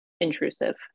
intrusive